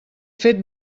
fet